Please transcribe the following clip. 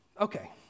Okay